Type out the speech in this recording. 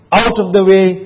out-of-the-way